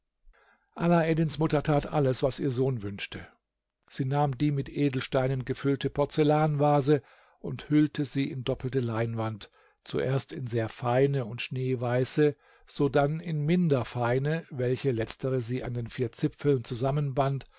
mutter tat alles was ihr sohn wünschte sie nahm die mit edelsteinen gefüllte porzellanvase und hüllte sie in doppelte leinwand zuerst in sehr feine und schneeweiße sodann in minder feine welche letztere sie an den vier zipfeln zusammenband